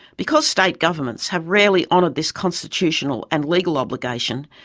because state governments have rarely honoured this constitutional and legal obligation,